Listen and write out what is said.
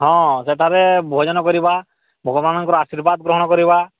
ହଁ ସେଠାରେ ଭୋଜନ କରିବା ଭଗବାନଙ୍କର ଆଶୀର୍ବାଦ ଗ୍ରହଣ କରିବା